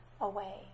away